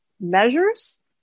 measures